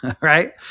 right